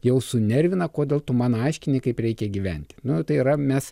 jau sunervina kodėl tu man aiškini kaip reikia gyventi nu tai yra mes